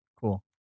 Cool